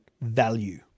value